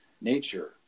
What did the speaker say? nature